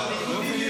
באופן ישיר.